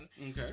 Okay